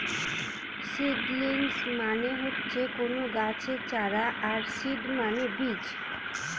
seedlings মানে হচ্ছে কোনো গাছের চারা আর সিড মানে বীজ